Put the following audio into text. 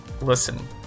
Listen